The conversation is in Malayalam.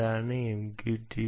ഇതാണ് MQTT S